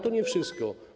To nie wszystko.